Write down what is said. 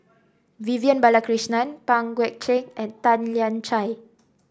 Vivian Balakrishnan Pang Guek Cheng and Tan Lian Chye